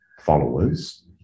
followers